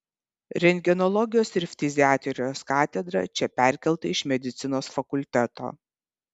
rentgenologijos ir ftiziatrijos katedra čia perkelta iš medicinos fakulteto